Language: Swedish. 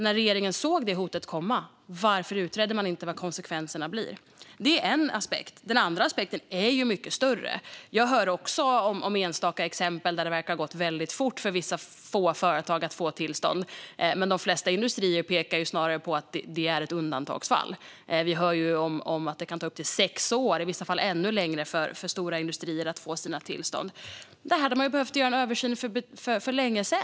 Varför utredde regeringen inte konsekvenser när man såg hotet komma? Det är en aspekt. Den andra aspekten är mycket större. Jag hör också om enstaka exempel där det verkar ha gått väldigt fort för företag att få tillstånd. Men de flesta industrier pekar snarare på att det är undantagsfall. Vi hör om att det kan ta upp till sex år, i vissa fall ännu längre tid, för stora industrier att få sina tillstånd. Man hade behövt göra en översyn av detta för länge sedan.